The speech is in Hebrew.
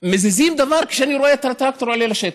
מזיזים דבר כשאני רואה את הטרקטור עולה לשטח,